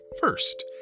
first